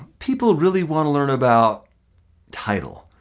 people really wanna learn about title.